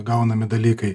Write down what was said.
gaunami dalykai